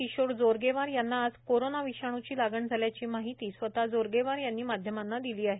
किशोर जोरगेवार यांना आज कोरोना विषाणूची लागण झाल्याची माहिती स्वतः जोरगेवार यांनी माध्यमाला दिली आहेत